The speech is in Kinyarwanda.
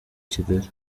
kigali